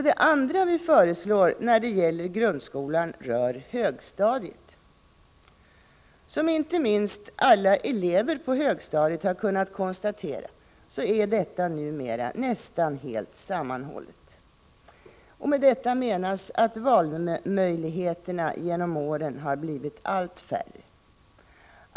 Det andra vi föreslår när det gäller grundskolan rör högstadiet. Som inte minst alla elever på högstadiet har kunnat konstatera är detta numera nästan helt sammanhållet. Med det menas att valmöjligheterna genom åren har blivit allt färre.